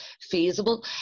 feasible